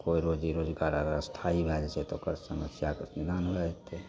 कोइ रोजी रोजगार अगर स्थायी भए जाइत छै तऽ ओकर समस्याके निदान भए जेतै